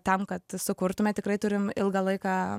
tam kad sukurtume tikrai turim ilgą laiką